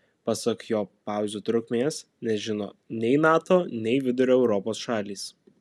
pasak jo pauzių trukmės nežino nei nato nei vidurio europos šalys